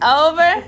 over